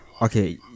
Okay